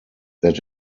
that